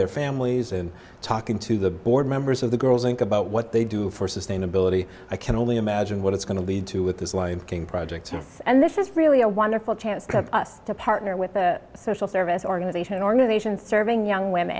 their families and talking to the board members of the girls inc about what they do for sustainability i can only imagine what it's going to lead to with this lion king project and this is really a wonderful chance to us to partner with a social service organization an organization serving young women